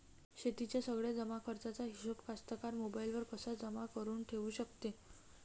शेतीच्या सगळ्या जमाखर्चाचा हिशोब कास्तकार मोबाईलवर कसा जमा करुन ठेऊ शकते?